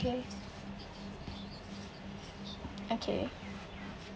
okay okay